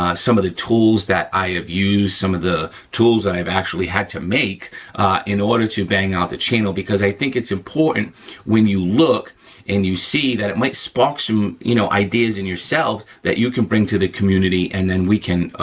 ah some of the tools that i have used, some of the tools that i've actually had to make in order to bang out the channel because i think it's important when you look and you see that it might spark some you know ideas in yourself that you can bring to the community and then we can,